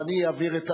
תודה רבה.